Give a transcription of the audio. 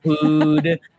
food